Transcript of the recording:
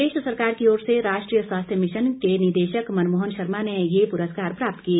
प्रदेश सरकार की ओर से राष्ट्रीय स्वास्थ्य मिशन निदेशक मनमोहन शर्मा ने ये पुरस्कार प्राप्त किए